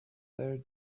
their